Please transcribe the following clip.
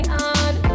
on